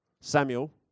Samuel